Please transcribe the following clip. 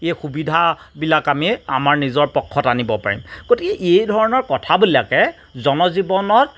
এই সুবিধাবিলাক আমি আমাৰ নিজৰ পক্ষত আনিব পাৰিম গতিকে এই ধৰণৰ কথাবিলাকে জনজীৱনত